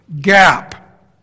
Gap